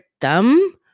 dumb